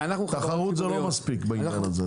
תחרות זה לא מספיק בעניין הזה,